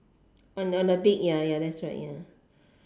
on on the stick ya ya that's right ya